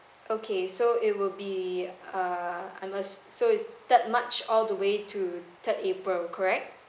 okay so it will be err ah must so is third march all the way to third april correct